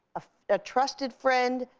ah a trusted friend,